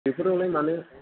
बेफोरावलाय मानो